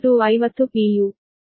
u